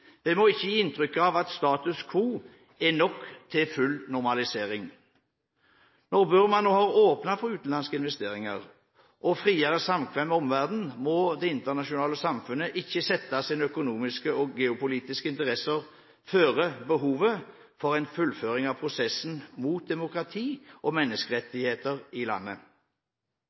Vi må ikke gi inntrykk av at status quo er nok til full normalisering. Når Burma nå har åpnet for utenlandske investeringer og friere samkvem med omverdenen, må det internasjonale samfunn ikke sette sine økonomiske og geopolitiske interesser foran behovet for en fullføring av prosessen mot demokrati og menneskerettigheter i landet.